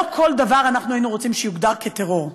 לא כל דבר אנחנו היינו רוצים שיוגדר טרור.